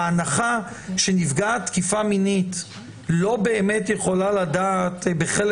ההנחה שנפגעת תקיפה מינית לא באמת יכולה לדעת בחלק